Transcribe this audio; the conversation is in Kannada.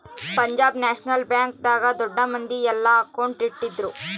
ಪಂಜಾಬ್ ನ್ಯಾಷನಲ್ ಬ್ಯಾಂಕ್ ದಾಗ ದೊಡ್ಡ ಮಂದಿ ಯೆಲ್ಲ ಅಕೌಂಟ್ ಇಟ್ಟಿದ್ರು